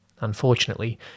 Unfortunately